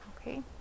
okay